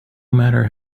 matter